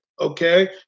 okay